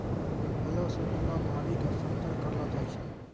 हलो सें बनलो धारी क समतल करलो जाय छै?